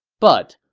but,